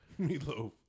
Meatloaf